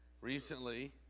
recently